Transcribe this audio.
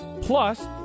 Plus